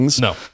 No